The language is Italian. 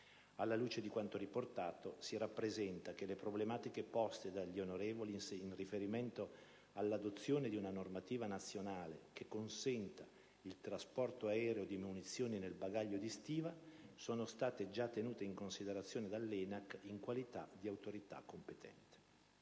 Alla luce di quanto riportato, si rappresenta che le problematiche poste dagli onorevoli interroganti in riferimento all'adozione di una normativa nazionale che consenta il trasporto aereo di munizioni nel bagaglio di stiva sono state già tenute in considerazione dall'ENAC, in qualità di autorità competente.